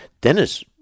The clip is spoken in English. Dennis